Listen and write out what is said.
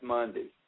Monday